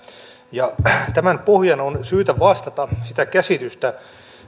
ja tämän pohjan on syytä vastata sitä käsitystä